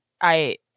I-